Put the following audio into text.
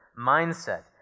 mindset